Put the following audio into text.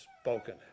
spoken